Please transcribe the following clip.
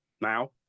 now